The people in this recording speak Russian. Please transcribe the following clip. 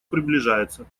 приближается